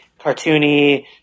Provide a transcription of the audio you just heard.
cartoony